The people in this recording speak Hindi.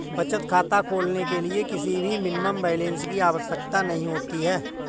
बचत खाता खोलने के लिए किसी भी मिनिमम बैलेंस की आवश्यकता नहीं होती है